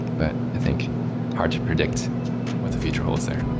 but i think hard to predict what the future holds there.